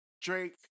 Drake